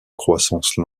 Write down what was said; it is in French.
croissance